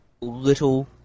little